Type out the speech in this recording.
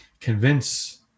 convince